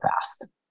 fast